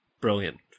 brilliant